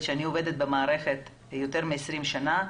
סוציאלית שכותבת שהיא עובדת במערכת יותר מ-20 שנה,